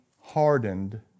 hardened